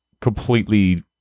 completely